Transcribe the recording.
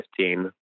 2015